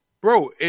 Bro